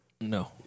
No